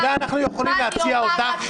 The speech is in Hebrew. מה אני אומר לכם?